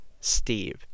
Steve